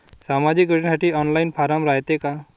सामाजिक योजनेसाठी online form रायते का?